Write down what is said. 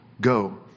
go